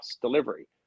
delivery